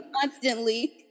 constantly